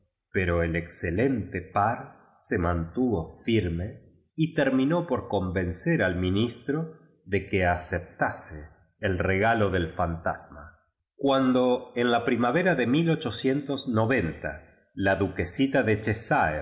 pero el relente par se mantuvo firme j ter minó por convencer al ministro de que aeeptnse el regalo del fantasma cuando en la primavera de isiin la düqtieaita de